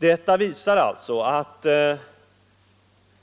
Detta visar att